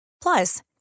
Plus